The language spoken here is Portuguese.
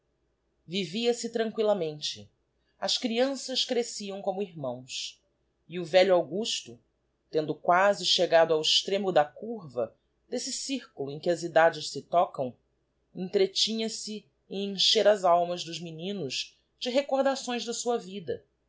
vivia se tranquillamente as creanças crésciam como irmãos e o velho augusto tendo quasi chegado ao extremo da curva desse circulo em que as edades se tocam entretinha-se em encher as almas dos meninos de recordações da sua vida